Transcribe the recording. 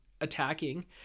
attacking